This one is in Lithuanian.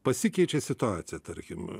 pasikeičia situacija tarkim